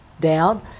down